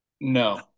No